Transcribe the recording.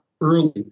early